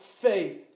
faith